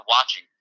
watching